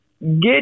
get